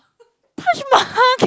Taj-Mahal can